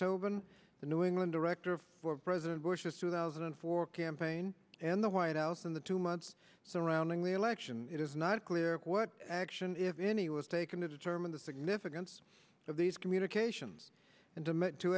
tobin the new england director of president bush's two thousand and four campaign and the white house in the two months surrounding the election it is not clear what action if any was taken to determine the significance of these communications and to make to